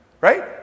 Right